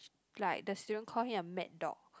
like the student call him a mad dog